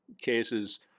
cases